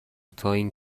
تااین